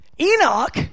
Enoch